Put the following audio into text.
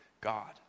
God